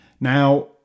Now